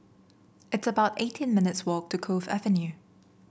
it's about eighteen minutes' walk to Cove Avenue